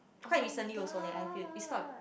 quite recently also leh I feel is not